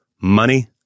money